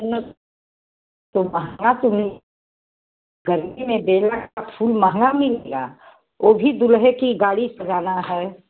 तो महंगा तो गर्मी में बेला का फूल महंगा मिलेगा वह भी दूल्हे की गाड़ी सजाना है